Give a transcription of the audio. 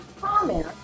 comment